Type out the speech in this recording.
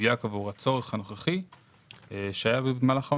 מדויק עבור הצורך הנוכחי שהיה במהלך האומיקרון.